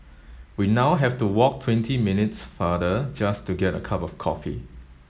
we now have to walk twenty minutes farther just to get a cup of coffee